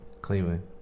Cleveland